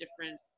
different